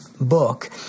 book